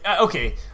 Okay